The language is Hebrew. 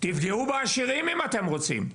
תפגעו בעשירים אם אתם רוצים,